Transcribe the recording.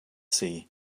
see